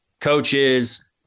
coaches